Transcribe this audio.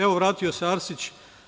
Evo, vratio se Arsić.